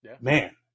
Man